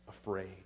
afraid